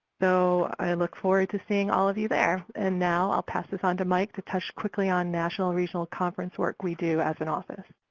so i look forward to seeing all of you there, and now i'll pass this on to mike to touch quickly on national regional conference work we do as an office.